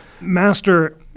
master